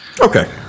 Okay